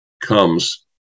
comes